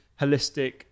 holistic